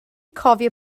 cofio